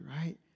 right